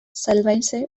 surveillance